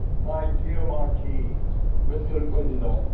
my dear, marquis monsier president,